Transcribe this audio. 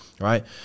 right